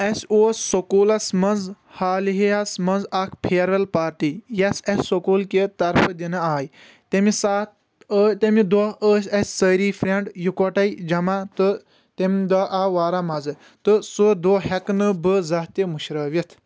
اسہِ اوس سکولس منٛز حال ہَس منٛز اکھ فِیرویٚل پارٹی یۄس اسہِ سکول کہِ طرفہٕ دِنہٕ آیۍ تیٚمہِ ساتہٕ ٲ تیٚمہِ دۄہ ٲسۍ اسۍ سٲری فریٚنڑ یکوٹے جمع تہٕ تمہِ دۄہ آو واریاہ مزٕ تہٕ سُہ دۄہ ہیٚکہٕ نہٕ بہٕ زانٛہہ تہِ مشرٲوتھ